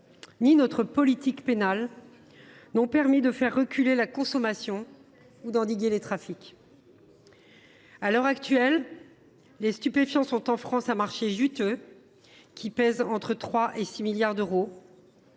ni notre politique pénale n’ont permis de faire reculer la consommation ou d’endiguer les trafics. À l’heure actuelle, les stupéfiants sont en France un marché juteux, qui pèse entre 3 milliards d’euros